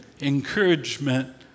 encouragement